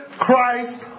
Christ